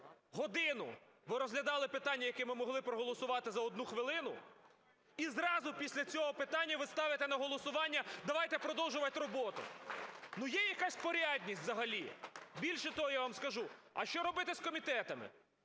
Годину ви розглядали питання, яке ми могли проголосувати за одну хвилину. І зразу після цього питання ви ставите на голосування: давайте продовжувати роботу. Є якась порядність взагалі? Більше того, я вам скажу, а що робити з комітетами?